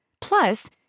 Plus